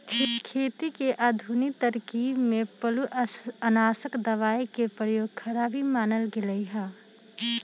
खेती के आधुनिक तरकिब में पिलुआनाशक दबाई के प्रयोग खराबी मानल गेलइ ह